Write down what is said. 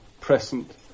present